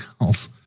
else